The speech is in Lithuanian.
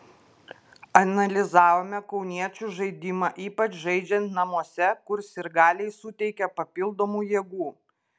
analizavome kauniečių žaidimą ypač žaidžiant namuose kur sirgaliai suteikia papildomų jėgų